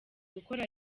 gukora